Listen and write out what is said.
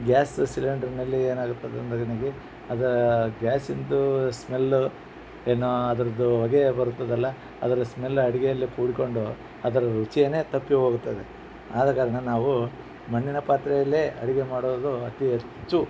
gas ಸಿಲಿಂಡರ್ನಲ್ಲಿ ಏನಾಗುತ್ತದೆ ಅಂದರೆ ನಿಮಗೆ ಅದು ಗ್ಯಾಸಿಂದು ಸ್ಮೆಲ್ಲು ಏನೋ ಅದರದು ಹೊಗೆ ಬರ್ತದಲ್ಲ ಅದ್ರ ಸ್ಮೆಲ್ ಅಡುಗೆಯಲ್ಲಿ ಕೂಡಿಕೊಂಡು ಅದರ ರುಚಿಯೇ ತಪ್ಪಿ ಹೋಗ್ತದೆ ಆದ ಕಾರಣ ನಾವು ಮಣ್ಣಿನ ಪಾತ್ರೆಯಲ್ಲೇ ಅಡುಗೆ ಮಾಡೋದು ಅತಿ ಹೆಚ್ಚು